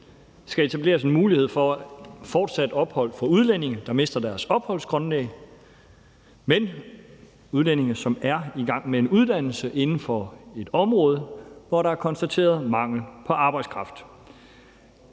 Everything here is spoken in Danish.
skal etableres en mulighed for fortsat ophold for udlændinge, der mister deres opholdsgrundlag, men udlændinge, som er i gang med en uddannelse inden for et område, hvor der er konstateret mangel på arbejdskraft.